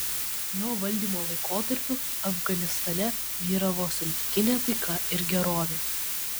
jo valdymo laikotarpiu afganistane vyravo santykinė taika ir gerovė